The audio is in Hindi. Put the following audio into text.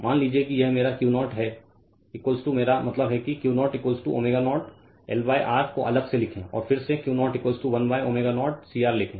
मान लीजिए कि यह मेरा Q0 है मेरा मतलब है कि Q0 ω0 L R को अलग से लिखें और फिर से Q0 1ω0 CR लिखें